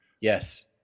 Yes